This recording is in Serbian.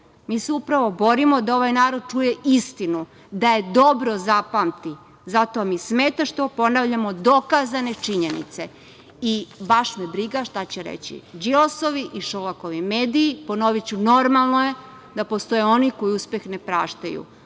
Mi se upravo borimo da ovaj narod čuje istinu, da je dobro zapamti. Zato mi smeta što, ponavljamo dokazane činjenice i baš me briga šta će reći Đilasovi i Šolakovi mediji. Ponoviću, normalno je da postoje oni koji uspeh ne praštaju,